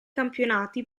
campionati